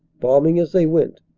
bombing as they went,